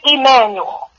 Emmanuel